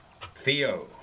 Theo